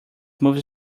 movie